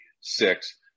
six